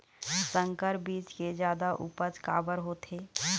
संकर बीज के जादा उपज काबर होथे?